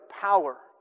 power